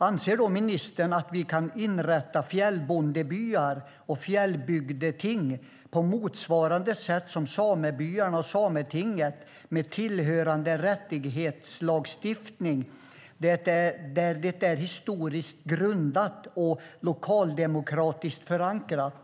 Anser ministern att vi kan inrätta fjällbondebyar och fjällbygdeting med tillhörande rättighetslagstiftning på motsvarande sätt som samebyarna och Sametinget där det är historiskt grundat och lokaldemokratiskt förankrat?